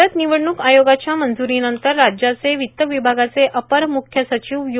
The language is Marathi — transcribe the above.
भारत ांनवडणूक आयोगाच्या मंज्रोनंतर राज्याचे वित्त विभागाचे अपर मुख्य र्साचव यू